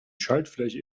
schaltfläche